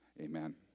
amen